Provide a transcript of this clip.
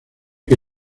que